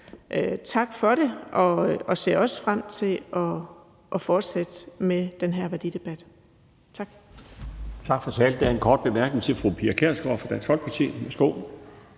tak for det, og vi ser også frem til at fortsætte med den her værdidebat. Tak.